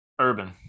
Urban